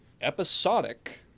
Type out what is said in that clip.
episodic